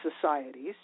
societies